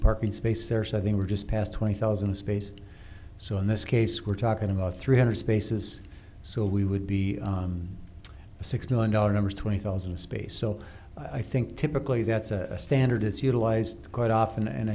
parking space there so i think we're just past twenty thousand space so in this case we're talking about three hundred spaces so we would be a six million dollars twenty thousand space so i think typically that's a standard it's utilized quite often and